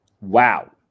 Wow